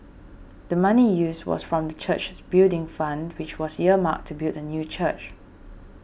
the money used was from the church's Building Fund which was earmarked to build a new church